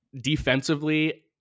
defensively